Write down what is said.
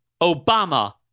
Obama